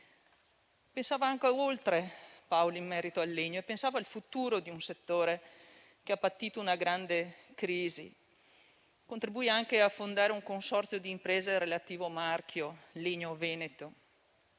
Pensava anche oltre in merito al legno e rifletteva sul futuro di un settore che ha patito una grande crisi. Paolo contribuì anche a fondare un consorzio di impresa e il relativo marchio, Legno Veneto,